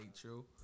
True